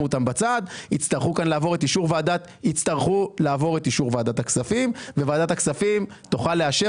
אותם בצד יצטרכו לעבור את אישור ועדת הכספים וועדת הכספים תוכל לאשר